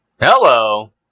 Hello